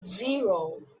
zero